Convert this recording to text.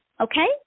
Okay